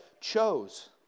chose